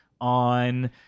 on